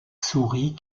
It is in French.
souris